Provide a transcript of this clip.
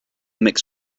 mix